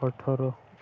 ଅଠର